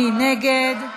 מי נגד?